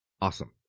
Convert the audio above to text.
awesome